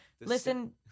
listen